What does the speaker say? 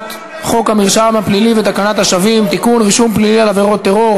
בחוק המרשם הפלילי שאין התיישנות על עבירות לפי פקודת מניעת טרור,